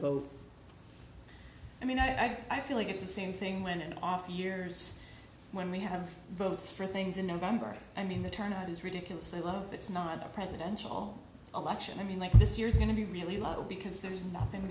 vote i mean i feel like it's the same thing when an off years when we have votes for things in november i mean the turnout is ridiculous imo it's not a presidential election i mean like this year is going to be really low because there's nothing